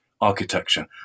architecture